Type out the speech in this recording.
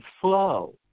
flow